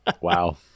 Wow